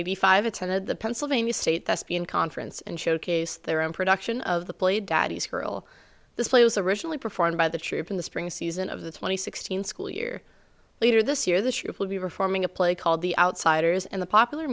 eighty five attended the pennsylvania state that's been conference and showcase their own production of the play daddy's girl this play was originally performed by the troops in the spring season of the twenty sixteen school year later this year the shoe will be performing a play called the outsiders and the popular